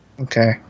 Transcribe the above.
Okay